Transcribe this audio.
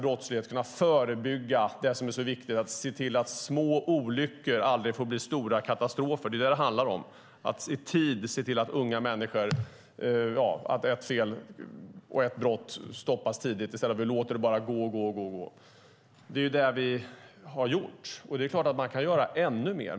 Vi ska kunna förebygga - det är viktigt - och se till att små olyckor aldrig får bli stora katastrofer. Det är detta det handlar om. Vi måste se till att unga människor som begår ett brott stoppas tidigt i stället för att bara låta det gå vidare. Det är detta vi har gjort. Det är klart att man kan göra ännu mer.